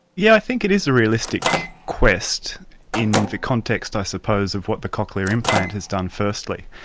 yeah i think it is a realistic quest in the context i suppose of what the cochlear implant has done, firstly.